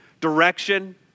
direction